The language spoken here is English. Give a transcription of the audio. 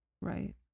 right